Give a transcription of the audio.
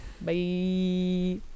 bye